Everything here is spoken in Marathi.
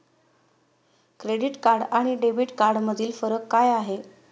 क्रेडिट कार्ड आणि डेबिट कार्डमधील फरक काय आहे?